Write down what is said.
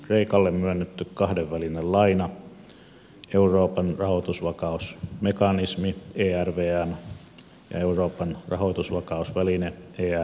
kreikalle myönnetty kahdenvälinen laina euroopan rahoitusvakausmekanismi ervm ja euroopan rahoitusvakausväline ervv